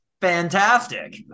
Fantastic